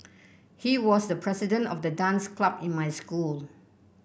he was the president of the dance club in my school